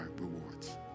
rewards